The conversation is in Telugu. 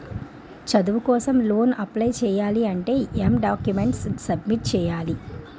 చదువు కోసం లోన్ అప్లయ్ చేయాలి అంటే ఎం డాక్యుమెంట్స్ సబ్మిట్ చేయాలి?